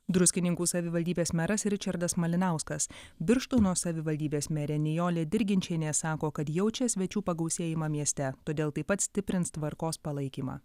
druskininkų savivaldybės meras ričardas malinauskas birštono savivaldybės merė nijolė dirginčienė sako kad jaučia svečių pagausėjimą mieste todėl taip pat stiprins tvarkos palaikymą